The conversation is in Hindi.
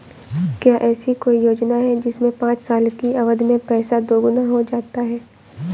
क्या ऐसी कोई योजना है जिसमें पाँच साल की अवधि में पैसा दोगुना हो जाता है?